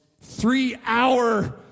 three-hour